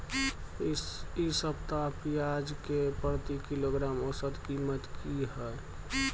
इ सप्ताह पियाज के प्रति किलोग्राम औसत कीमत की हय?